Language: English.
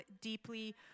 deeply